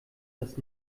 das